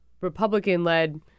Republican-led